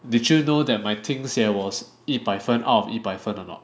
did you know that my 听写 was 一百分 out of 一百分 or not